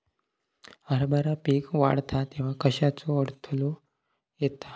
हरभरा पीक वाढता तेव्हा कश्याचो अडथलो येता?